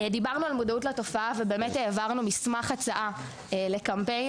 דיברנו על מודעות לתופעה ובאמת העברנו מסמך הצעה לקמפיין,